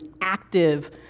active